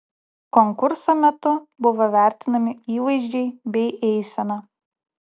konkurso metu buvo vertinami įvaizdžiai bei eisena